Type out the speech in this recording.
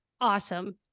awesome